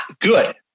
good